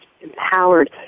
empowered